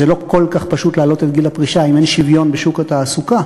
זה לא כל כך פשוט להעלות את גיל הפרישה אם אין שוויון בשוק התעסוקה.